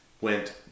went